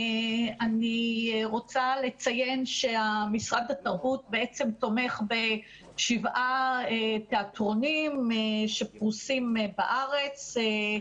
אני רוצה לציין שמשרד התרבות תומך בשבעה תיאטרונים שפרוסים בארץ,